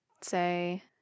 Say